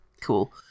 cool